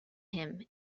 him